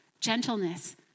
gentleness